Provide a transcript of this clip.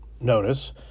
notice